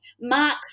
mark